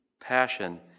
passion